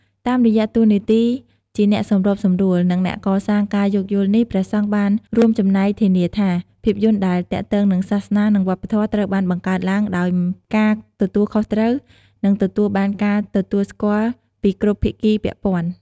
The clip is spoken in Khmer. តាមរយៈតួនាទីជាអ្នកសម្របសម្រួល និងអ្នកកសាងការយោគយល់នេះ ព្រះសង្ឃបានរួមចំណែកធានាថា ភាពយន្តដែលទាក់ទងនឹងសាសនា និងវប្បធម៌ត្រូវបានបង្កើតឡើងដោយការទទួលខុសត្រូវ និងទទួលបានការទទួលស្គាល់ពីគ្រប់ភាគីពាក់ព័ន្ធ។